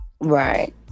right